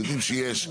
יודעים שיש,